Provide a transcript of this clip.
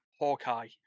Hawkeye